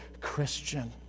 Christian